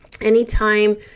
anytime